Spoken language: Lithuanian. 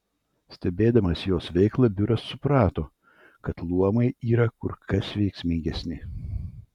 stebėdamas jos veiklą biuras suprato kad luomai yra kur kas veiksmingesni